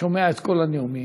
שומע את כל הנאומים,